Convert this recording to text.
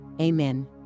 Amen